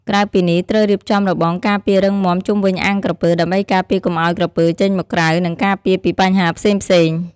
ក្រៅពីនេះត្រូវរៀបចំរបងការពាររឹងមាំជុំវិញអាងក្រពើ ដើម្បីការពារកុំឲ្យក្រពើចេញមកក្រៅ និងការពារពីបញ្ហាផ្សេងៗ។